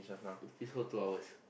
this whole two hours